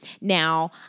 Now